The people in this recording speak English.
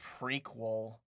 prequel